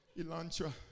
Elantra